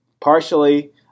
partially